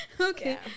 okay